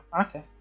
Okay